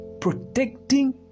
protecting